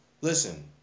listen